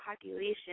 population